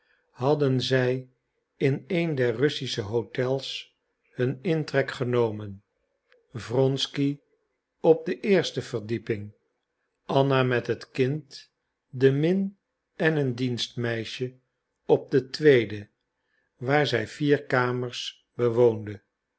hadden zij in een der russische hotels hun intrek genomen wronsky op de eerste verdieping anna met het kind de min en een dienstmeisje op de tweede waar zij vier kamers bewoonde